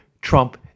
Trump